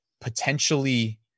potentially